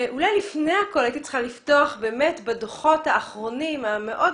אולי לפני הכול הייתי צריכה לפתוח בדוחות האחרונים המאוד